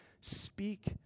speak